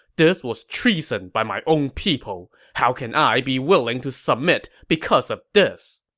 this was treason by my own people. how can i be willing to submit because of this?